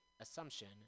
Assumption